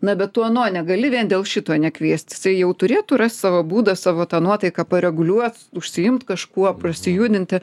na bet tu ano negali vien dėl šito nekviest jisai jau turėtų rast savo būdą savo tą nuotaiką pareguliuot užsiimt kažkuo prasijudinti